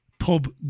pub